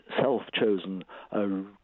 self-chosen